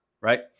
Right